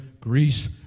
Greece